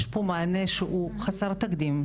יש פה מענה שהוא חסר תקדים,